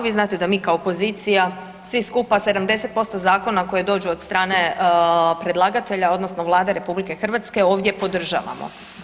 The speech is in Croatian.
Vi znate da mi kao opozicija svi skupa 70% zakona koji dođu od strane predlagatelja odnosno Vlade RH ovdje podržavamo.